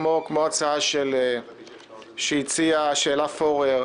כמו ההצעה שהעלה עודד פורר,